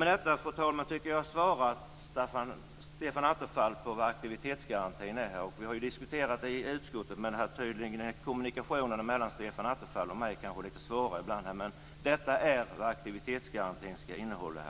Med detta, fru talman, tycker jag att jag har svarat Stefan Attefall på frågan om vad aktivitetsgarantin är. Men detta är i alla fall vad aktivitetsgarantin innehåller.